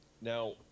now